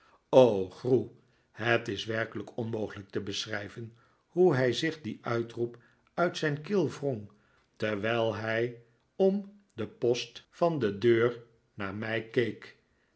het is werkelijk onmogelijk te beschrijven hoe hij zich dien uitroep uit zijn keel wrong terwijl hij om den post van de deur naar mij keek